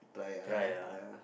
try lah